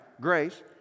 Grace